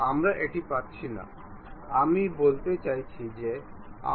সুতরাং আমাদের সর্পিল কার্ভ রয়েছে যেখানে আমরা 6 mm পর্যন্ত উচ্চতা দিতে পারি